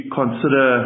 consider